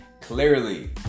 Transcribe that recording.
Clearly